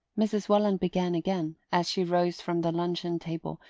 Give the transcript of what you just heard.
mrs. welland began again, as she rose from the luncheon-table,